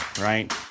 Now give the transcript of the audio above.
Right